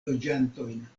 loĝantojn